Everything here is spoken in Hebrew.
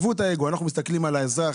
אנחנו מסתכלים על האזרח,